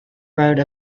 wrote